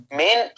main